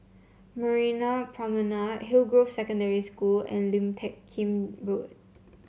Marina Promenade Hillgrove Secondary School and Lim Teck Kim Road